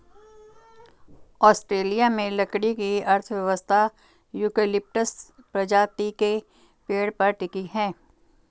Australia में लकड़ी की अर्थव्यवस्था यूकेलिप्टस प्रजाति के पेड़ पर टिकी है